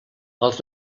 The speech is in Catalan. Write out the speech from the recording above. els